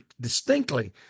distinctly